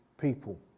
people